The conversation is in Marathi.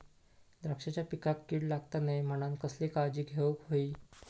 द्राक्षांच्या पिकांक कीड लागता नये म्हणान कसली काळजी घेऊक होई?